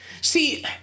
See